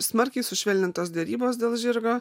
smarkiai sušvelnintos derybos dėl žirgo